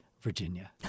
Virginia